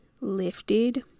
lifted